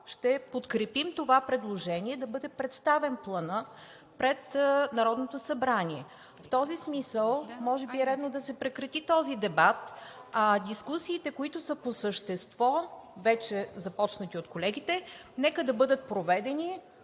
ще подкрепим предложението да бъде представен Планът пред Народното събрание. В този смисъл може би е редно да се прекрати този дебат, а дискусиите, които са по същество и вече са започнати от колегите, нека да бъдат проведени